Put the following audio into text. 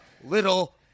little